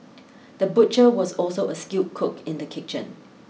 the butcher was also a skilled cook in the kitchen